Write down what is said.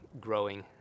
Growing